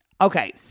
okay